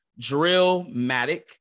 Drillmatic